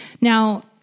now